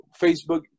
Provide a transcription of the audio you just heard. Facebook